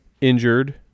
injured